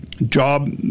Job